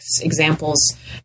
examples